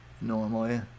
normally